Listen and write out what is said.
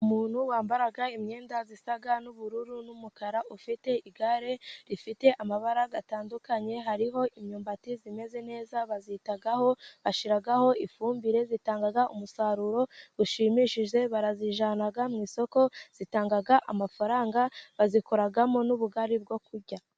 Umuntu wambara imyenda isa n'ubururu n'umukara, ufite igare rifite amabara atandukanye. Hariho imyumbati imeze neza bayitaho bashyiraho ifumbire, itanga umusaruro ushimishije. Barayijyana mu isoko, itanga amafaranga, bayikoramo n'ubugari bwo kurya.